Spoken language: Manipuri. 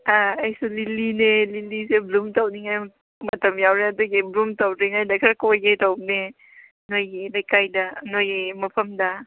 ꯑꯥ ꯑꯩꯁꯨ ꯂꯤꯂꯤꯅꯦ ꯂꯤꯂꯤꯁꯦ ꯕ꯭ꯂꯨꯝ ꯇꯧꯅꯤꯡꯉꯥꯏ ꯃꯇꯝ ꯌꯧꯔꯦ ꯑꯗꯨꯒꯤ ꯕ꯭ꯂꯨꯝ ꯇꯧꯗ꯭ꯔꯤꯉꯩꯗ ꯈꯔ ꯀꯣꯏꯒꯦ ꯇꯧꯕꯅꯦ ꯅꯣꯏꯒꯤ ꯂꯩꯀꯥꯏꯗ ꯅꯣꯏꯒꯤ ꯃꯐꯝꯗ